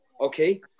Okay